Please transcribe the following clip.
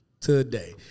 Today